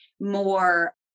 more